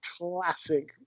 classic